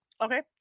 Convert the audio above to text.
Okay